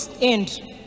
end